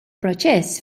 proċess